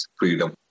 freedom